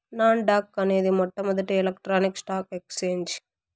non dock అనేది మొట్టమొదటి electronic stock exchange